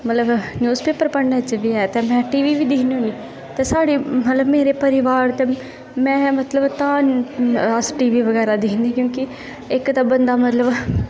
ते मिगी न्यूज़पेपर च बी ऐ ते में टीवी दिक्खनी होनी ते साढ़े मतलब मेरे परिवार दा में मतलब अस टीवी बगैरा दिक्खनी क्योंकि इक्क ते बंदा मतलब